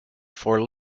for